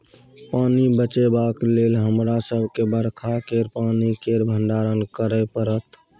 पानि बचेबाक लेल हमरा सबके बरखा केर पानि केर भंडारण करय परत